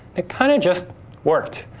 it kinda just worked.